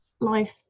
life